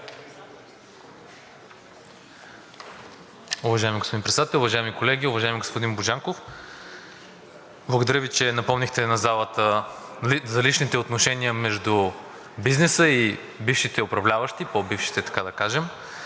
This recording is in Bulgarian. Уважаеми господин Председател, уважаеми колеги! Уважаеми господин Божанков, благодаря Ви, че напомнихте на залата за личните отношения между бизнеса и бившите управляващи, по-бившите, така да кажем.